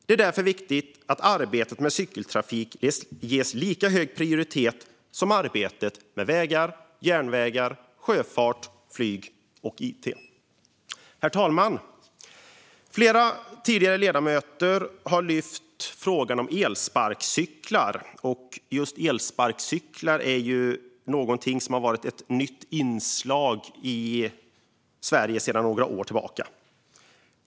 Det är viktigt att arbetet med cykeltrafik ges lika hög prioritet som arbetet med andra vägar, järnvägar, sjöfart, flyg och it. Herr talman! Flera ledamöter har tidigare lyft upp frågan om elsparkcyklar. Just elsparkcyklar är sedan några år tillbaka ett nytt inslag i Sverige.